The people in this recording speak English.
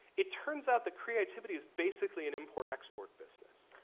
it turns out that creativity is basically an import export business.